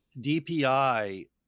DPI